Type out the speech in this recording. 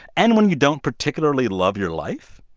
and when you don't particularly love your life,